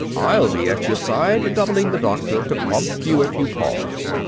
i'll be at your side, doubling the doctor, to prompt you if you pause.